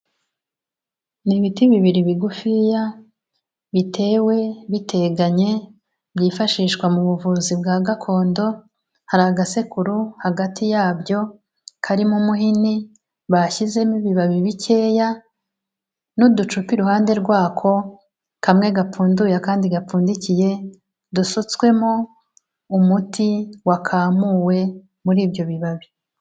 Ni ibiti bibiri bigufiya bitewe biteganye byifashishwa mu buvuzi bwa gakondo, hari agasekuru hagati yabyo karimo umuhini bashyizemo ibibabi bikeya, n'uducupa iruhande rw'ako kamwe gapfunduye akandi gapfundikiye, dusutswemo umuti wakamuwe muri ibyo bibabi.